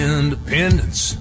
Independence